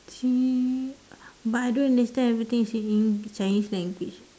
but I don't understand everything is in eng~ chinese language